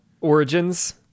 Origins